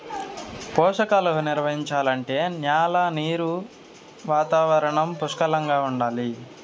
పోషకాలు నిర్వహించాలంటే న్యాల నీరు వాతావరణం పుష్కలంగా ఉండాలి